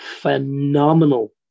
phenomenal